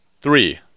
Three